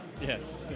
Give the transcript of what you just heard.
Yes